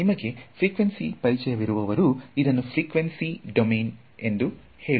ನಿಮ್ಮಲ್ಲಿ ಫ್ರಿಕ್ವೆನ್ಸಿ ಪರಿಚಯವಿರುವವರು ಅದನ್ನು ಫ್ರಿಕ್ವೆನ್ಸಿ ಡೊಮೇನ್ ಎಂದು ಹೇಳುವಿರ